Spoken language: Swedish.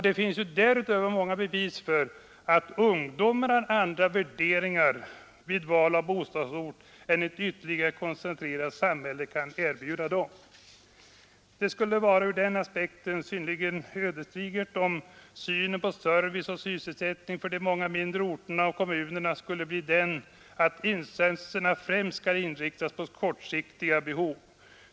Det finns många bevis för att ungdomen har andra värderingar vid val av bostadsort än ett ytterligare koncentrerat samhälle kan erbjuda dem. Det skulle ur den aspekten vara synnerligen ödesdigert om synen på servicen och sysselsättningen för de många mindre orterna skulle bli den, att insatserna främst skall inriktas på kortsiktiga behov.